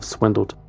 Swindled